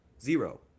Zero